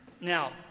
Now